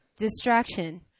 distraction